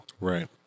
Right